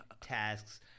tasks